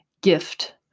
gift